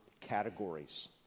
categories